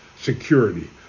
security